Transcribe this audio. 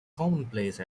commonplace